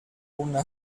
una